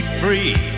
free